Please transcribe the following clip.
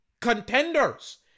contenders